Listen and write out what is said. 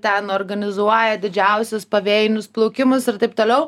ten organizuoja didžiausius pavėjinius plaukimus ir taip toliau